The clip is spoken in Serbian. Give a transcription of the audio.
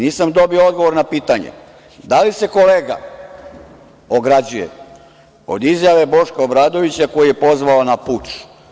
Nisam dobio odgovor na pitanje – da li se kolega ograđuje od izjave Boška Obradovića, koji je pozvao na puč?